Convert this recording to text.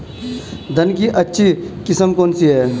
धान की अच्छी किस्म कौन सी है?